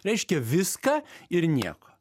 reiškia viską ir nieko